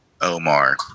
Omar